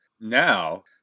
Now